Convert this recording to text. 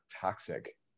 toxic